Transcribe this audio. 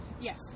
Yes